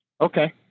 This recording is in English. Okay